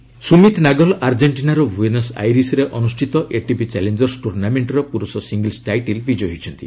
tennis Nagal Sumit Nagal ଆର୍ଜେଣ୍ଟିନାର Buenos ଆଇରିସ୍ରେ ଅନୁଷ୍ଠିତ ଏଟିପି ଚ୍ୟାଲେଞ୍ଜର୍ସ ଟୁର୍ଷ୍ଣାମେଣ୍ଟର ପୁରୁଷ ସିଙ୍ଗଲ୍ସ୍ ଟାଇଟିଲ୍ ବିଜୟୀ ହୋଇଛନ୍ତି